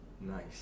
Nice